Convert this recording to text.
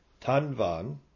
tanvan